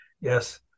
Yes